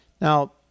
Now